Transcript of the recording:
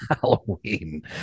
Halloween